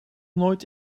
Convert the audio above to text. nooit